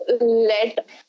let